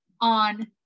on